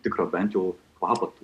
tikro bent jau mato tai